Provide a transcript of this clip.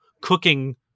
cooking